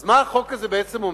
אז מה החוק הזה בעצם אומר?